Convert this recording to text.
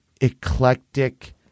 eclectic